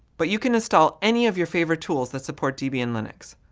but you can install any of your favorite tools that support debian linux.